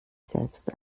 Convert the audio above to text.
selbst